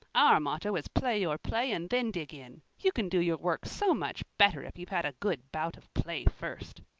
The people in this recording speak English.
our motto is play your play and then dig in. you can do your work so much better if you've had a good bout of play first.